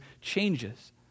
changes